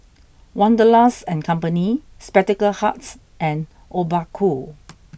Wanderlust and Company Spectacle Hut and Obaku